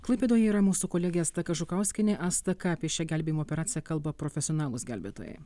klaipėdoje yra mūsų kolegė asta kažukauskienė asta ką apie šią gelbėjimo operaciją kalba profesionalūs gelbėtojai